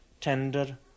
tender